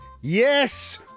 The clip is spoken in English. Yes